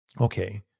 okay